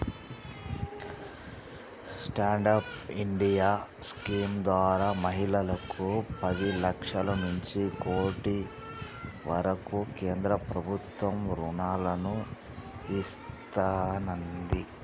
stand up India scheme ద్వారా మహిళలకు పది లక్షల నుంచి కోటి వరకు కేంద్ర ప్రభుత్వం రుణాలను ఇస్తున్నాది